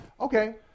Okay